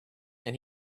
and